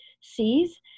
sees